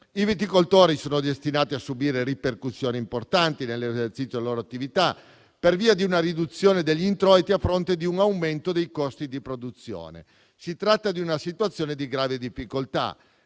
I viticoltori sono destinati a subire ripercussioni importanti nell'esercizio della loro attività per via di una riduzione degli introiti a fronte di un aumento dei costi di produzione. Si tratta di una situazione di grave difficoltà.